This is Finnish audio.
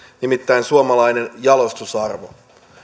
nimittäin suomalaiseen jalostusarvoon